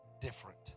different